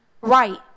right